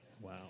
Wow